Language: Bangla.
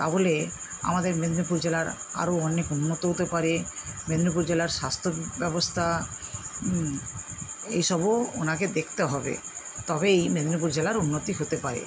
তাহলে আমাদের মেদিনীপুর জেলার আরো অনেক উন্নত হতে পারে মেদিনীপুর জেলার স্বাস্থ্যব্যবস্থা এইসবও ওনাকে দেখতে হবে তবেই মেদিনীপুর জেলার উন্নতি হতে পারে